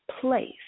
place